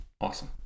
Awesome